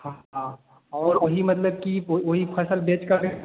हाँ और वही मतलब कि वही फ़सल बेचकर